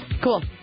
Cool